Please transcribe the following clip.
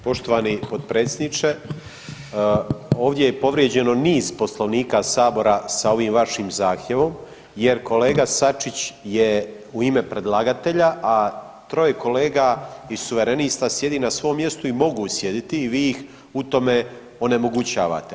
Poštovani potpredsjedniče, ovdje je povrijeđeno niz poslovnika Sabora sa ovim vašim zahtjevom jer kolega Sačić je u ime predlagatelja, a troje kolega iz Suverenista sjedi na svom mjestu i mogu sjediti i vi ih u tome onemogućavate.